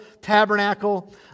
tabernacle